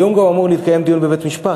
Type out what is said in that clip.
היום גם אמור להתקיים דיון בבית-משפט.